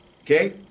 okay